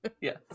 yes